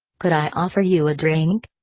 could i offer you a drink?